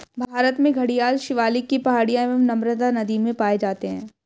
भारत में घड़ियाल शिवालिक की पहाड़ियां एवं नर्मदा नदी में पाए जाते हैं